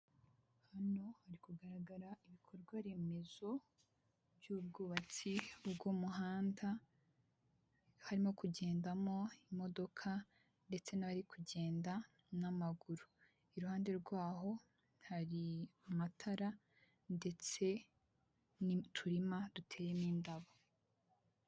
Hano hari kugaragara ibikorwa remezo by'ubwubatsi bw'umuhanda, harimo kugendamo imodoka ndetse n'abari kugenda n'amaguru, iruhande rwaho hari amatara ndetse n'uturima duteye n'indabo.